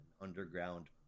underground